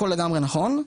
הכול לגמרי נכון,